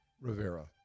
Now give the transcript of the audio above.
Rivera